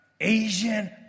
Asian